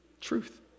truth